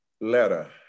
letter